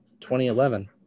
2011